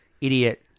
Idiot